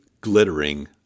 glittering